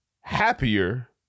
Happier